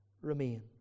remain